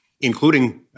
including